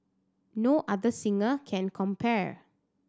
no other singer can compare